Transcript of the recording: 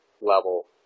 level